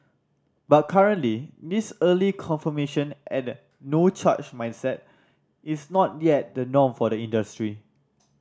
but currently this early confirmation and no change mindset is not yet the norm for the industry